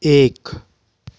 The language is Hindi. एक